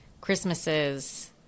Christmases